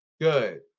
Good